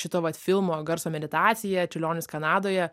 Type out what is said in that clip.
šito vat filmo garso meditacija čiurlionis kanadoje